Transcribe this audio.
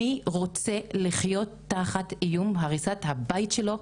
מי רוצה לחיות תחת איום בהריסת הבית שלו?